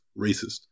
racist